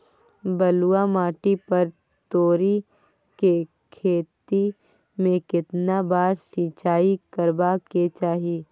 बलुआ माटी पर तोरी के खेती में केतना बार सिंचाई करबा के चाही?